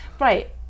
Right